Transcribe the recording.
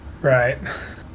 Right